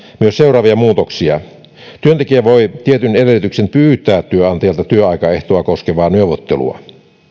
myös seuraavia muutoksia työntekijä voi tietyin edellytyksin pyytää työnantajalta työaikaehtoa koskevaa neuvottelua